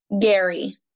Gary